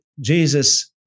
Jesus